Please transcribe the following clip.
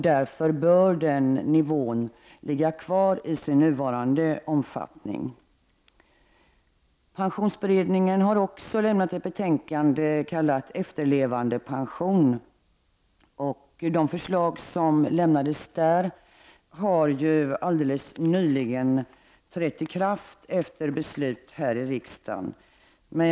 Därför bör nivån ha kvar sin nuvarande omfattning. Pensionsberedningen har också lämnat ett betänkande om efterlevandepension. De förslag som där lämnades har alldeles nyligen trätt i kraft efter ett beslut i riksdagen.